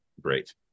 great